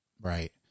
Right